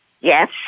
Yes